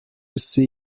see